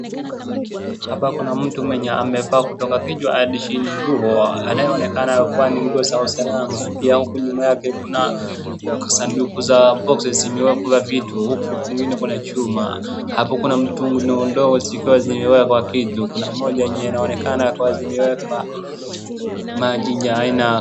Hapa kuna mtu mwenye amevaa kutoka kichwa hadi chini nguo anayeonekana kuwa nguo za wasalamu na pia huku nyuma yake kuna sanduku za boxes zimewekwa vitu huku kwengine kuna chuma hapo kuna mtungi ndoo ndoo zikiwa zimewekwa vitu, kuna moja yenye inaonekana ikiwa imewekwa maji ya aina.